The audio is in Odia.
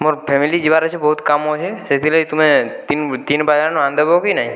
ମୋର ଫ୍ୟାମିଲି ଯିବାର ଅଛେ ବହୁତ କାମ ଅଛେ ସେଥିଲାଗି ତୁମେ ତିନ ତିନ ବାଜିନ ଆନିଦେବ କି ନାହିଁ